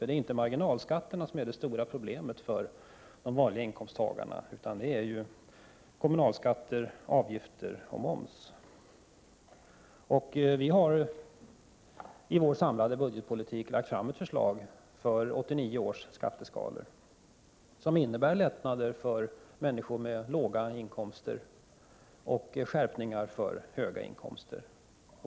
Det är inte marginalskatterna som är det stora problemet för de vanliga inkomsttagarna, utan det är kommunala skatter, avgifter och moms. Vi har i vår samlade budgetpolitik lagt fram ett förslag för 1989 års skatteskalor som innebär lättnader för människor med låga inkomster och skärpningar för dem med höga inkomster.